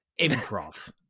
Improv